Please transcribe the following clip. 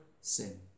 sin